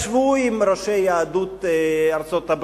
ישבו עם ראשי יהדות ארצות-הברית,